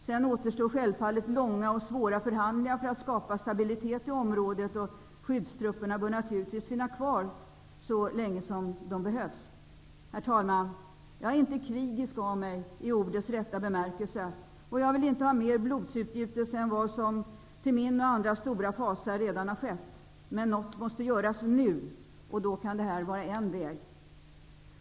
Sedan återstår självfallet långa och svåra förhandlingar för att skapa stabilitet i området, och skyddstrupperna bör naturligtvis finnas kvar så länge som de behövs. Herr talman! Jag är inte krigisk av mig i ordets rätta bemärkelse. Jag vill inte ha mer blodsutgjutelse än vad som till min och andras stora fasa redan skett. Men något måste göras nu, och då kan det här vara en väg.